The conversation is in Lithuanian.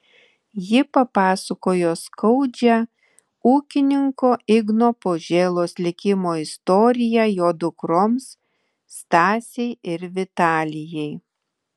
ji papasakojo skaudžią ūkininko igno požėlos likimo istoriją jo dukroms stasei ir vitalijai